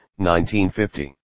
1950